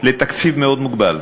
לתקציב מאוד מוגבל.